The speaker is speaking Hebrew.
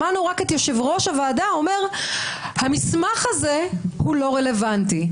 שמענו רק את יושב-ראש הוועדה אומר שהמסמך הזה לא רלוונטי.